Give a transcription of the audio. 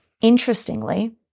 Interestingly